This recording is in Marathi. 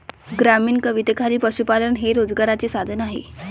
ग्रामीण कवितेखाली पशुपालन हे रोजगाराचे साधन आहे